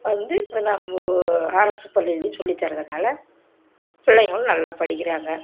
வந்து இப்போ நம்ம அரசுப் பள்ளிலேயும் சொல்லித்தரதுனால் பிள்ளைங்களும் நல்லா படிக்கிறாங்க